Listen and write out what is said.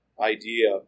idea